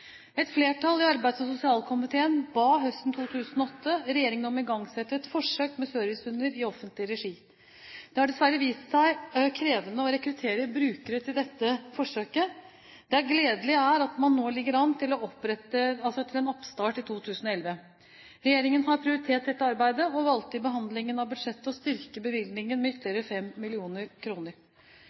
Et flertall i arbeids- og sosialkomiteen ba høsten 2008 regjeringen om å igangsette et forsøk med servicehunder i offentlig regi. Det har dessverre vist seg krevende å rekruttere brukere til dette forsøket. Det gledelige er at man nå ligger an til en oppstart i 2011. Regjeringen har prioritert dette arbeidet, og valgte i behandlingen av budsjettet å styrke bevilgningen med ytterligere